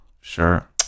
sure